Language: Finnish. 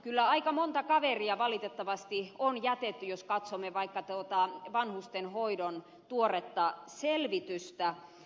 kyllä aika monta kaveria valitettavasti on jätetty jos katsomme vaikka vanhustenhoidon tuoretta selvitystä